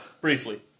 Briefly